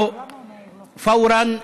(אומר בערבית: אתם חייבים לשלם מייד,